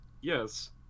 Yes